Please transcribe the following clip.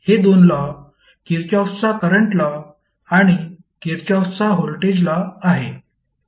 हे दोन लॉ किरचॉफचा करंट लॉ आणि किरचॉफचा व्होल्टेज लॉ आहे